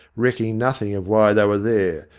recking nothing of why they were there,